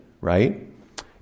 right